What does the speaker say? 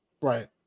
right